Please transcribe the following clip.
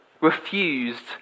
refused